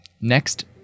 Next